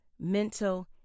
mental